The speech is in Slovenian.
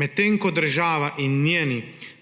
Medtem ko država in njeni